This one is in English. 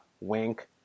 Wink